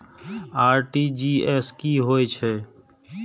RTGS की होय छै